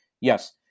yes